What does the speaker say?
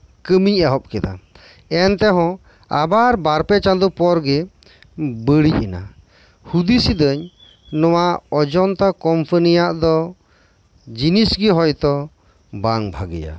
ᱠᱟᱹᱢᱤᱧ ᱮᱦᱚᱵ ᱠᱮᱫᱟ ᱮᱱᱛᱮᱦᱚᱸ ᱟᱵᱟᱨ ᱵᱟᱨ ᱯᱮ ᱪᱟᱸᱫᱳ ᱯᱚᱨᱜᱮ ᱵᱟᱹᱲᱤᱡ ᱮᱱᱟ ᱦᱩᱫᱤᱥ ᱮᱫᱟᱹᱧ ᱱᱚᱶᱟ ᱚᱡᱚᱱᱛᱟ ᱠᱳᱢᱯᱟᱱᱤᱭᱟᱜ ᱫᱚ ᱡᱤᱱᱤᱥ ᱜᱮ ᱦᱚᱭ ᱛᱚ ᱵᱟᱝ ᱵᱷᱟᱜᱮᱭᱟ